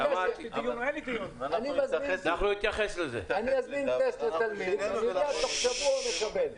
אני עמדתי להגיש עתירה מינהלית נגד טלדור בנושא זה.